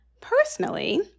Personally